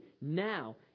now